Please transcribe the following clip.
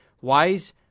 wise